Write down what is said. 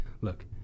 look